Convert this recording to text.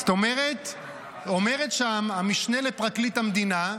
זאת אומרת, אומרת שם המשנה לפרקליט המדינה: